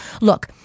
look